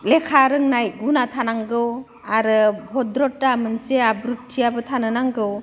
लेखा रोंनाय गुना थानांगौ आरो भद्रथा मोनसे आब्रुथि आबो थानो नांगौ